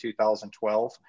2012